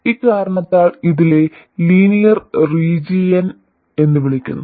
ഇക്കാരണത്താൽ ഇതിനെ linear region എന്ന് വിളിക്കുന്നു